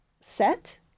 set